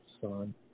son